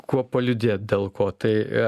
kuo paliūdėt dėl ko tai